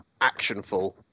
actionful